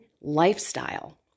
lifestyle